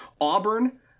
Auburn